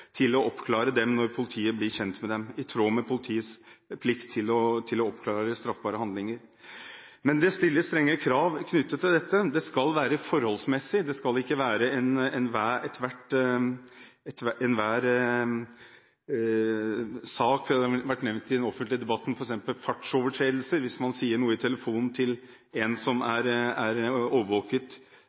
til å oppklare straffbare handlinger. Men det stilles strenge krav til dette. Det skal være forholdsmessig. Det skal ikke gjelde enhver sak. Det har i den offentlige debatten vært nevnt f.eks. fartsovertredelser – hvis man sier noe i telefonen til en som er